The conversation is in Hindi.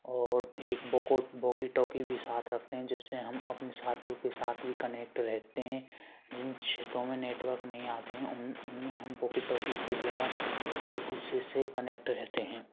और एक बहुत वॉकी टॉकी भी साथ रखते हैं जिससे हम अपने साथियों के साथ भी कनेक्ट रहते हैं जिन क्षेत्रों में नेटवर्क नहीं आते हैं उनमें हम वॉकी टॉकी के द्वारा टॉकी एक दूसरे से कनेक्ट रहते हैं